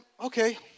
okay